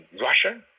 Russia